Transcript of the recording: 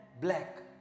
black